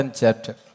chapter